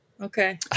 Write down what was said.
okay